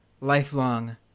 lifelong